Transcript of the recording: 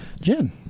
Jen